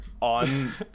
on